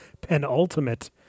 penultimate